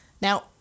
Now